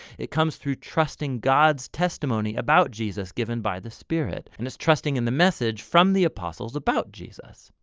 it comes through trusting god's testimony about jesus given by the spirit and is trusting in the message from the apostles about jesus.